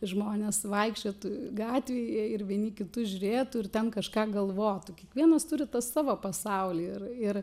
žmonės vaikščiotų gatvėje ir vieni kitus žiūrėtų ir ten kažką galvotų kiekvienas turi tą savo pasaulį ir ir